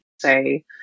say